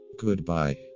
Goodbye